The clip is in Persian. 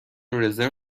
رزرو